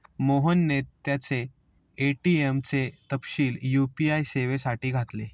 मोहनने त्याचे ए.टी.एम चे तपशील यू.पी.आय सेवेसाठी घातले